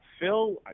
Phil